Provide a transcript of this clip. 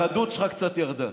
החדות שלך קצת ירדה.